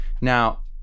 Now